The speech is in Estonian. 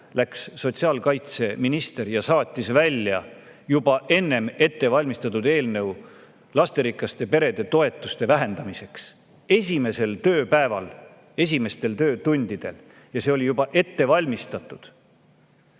läks sotsiaalkaitseminister ja saatis välja juba enne ette valmistatud eelnõu lasterikaste perede toetuste vähendamiseks. Esimesel tööpäeval, esimestel töötundidel – ja see oli juba ette valmistatud!